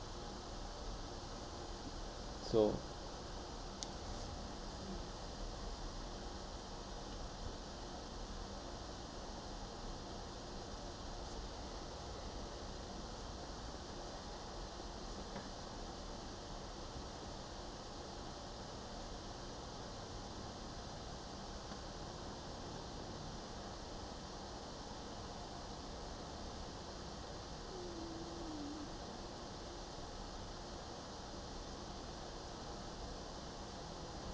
so